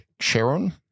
Sharon